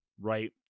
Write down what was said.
right